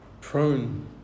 prone